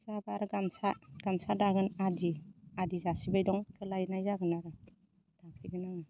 दा आरो गामसा गामसा दागोन आदि आदि जासिबाय दं बेखौ लायनाय जागोन आरो लांफैगोन आङो